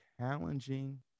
challenging